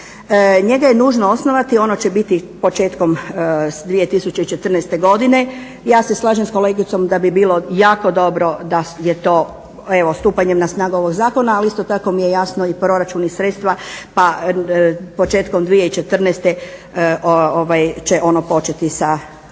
Njega je nužno osnovati, ono će biti početkom 2014. godine. Ja se slažem s kolegicom da bi bilo jako dobro da je to evo stupanjem na snagu ovog zakona, ali isto tako mi je jasno i proračun i sredstva pa početkom 2014. će ono početi sa